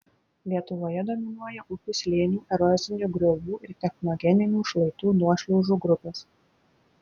lietuvoje dominuoja upių slėnių erozinių griovų ir technogeninių šlaitų nuošliaužų grupės